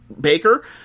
Baker